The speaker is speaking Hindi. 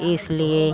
इसलिए